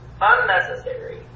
unnecessary